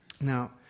Now